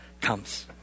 comes